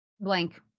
Blank